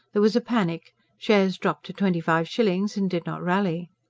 there was a panic shares dropped to twenty-five shillings and did not rally.